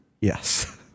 Yes